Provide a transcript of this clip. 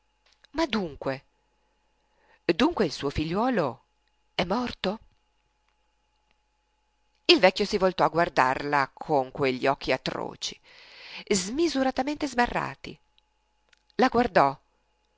ma dunque dunque il suo figliuolo è morto il vecchio si voltò a guardarla con quegli occhi atroci smisuratamente sbarrati la guardò